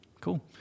Cool